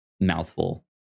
mouthful